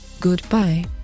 Goodbye